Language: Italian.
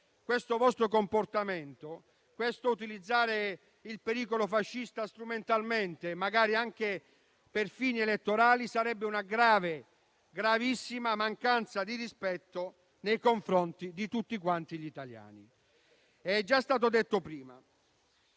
il vostro comportamento, l'utilizzare il pericolo fascista strumentalmente, magari anche per fini elettorali, sarebbe una grave, gravissima mancanza di rispetto nei confronti di tutti gli italiani. Se dovessimo